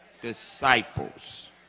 disciples